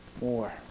more